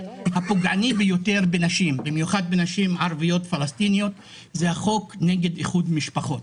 הפוגעני ביותר כלפי נשים ערביות הוא החוק נגד איחוד משפחות.